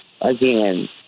again